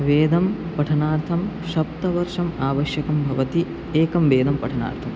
वेदं पठनार्थं शप्तवर्षम् आवश्यकं भवति एकं वेदं पठनार्थं